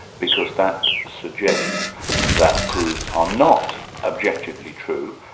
because that suggests that proofs are not objectively true,